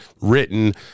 written